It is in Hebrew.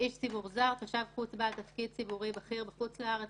וגם עם נתח עלויות תפעוליות